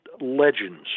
legends